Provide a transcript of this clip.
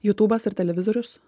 jutūbas ar televizorius